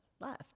left